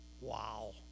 Wow